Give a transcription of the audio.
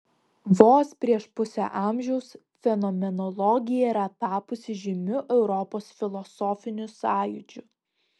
vos prieš pusę amžiaus fenomenologija yra tapusi žymiu europos filosofiniu sąjūdžiu